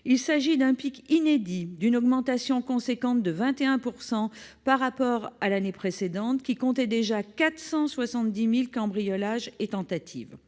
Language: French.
Il s'agit d'un pic inédit et d'une augmentation importante, de 21 %, par rapport à l'année précédente, qui avait déjà vu 470 000 cambriolages et tentatives.